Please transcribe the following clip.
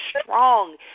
strong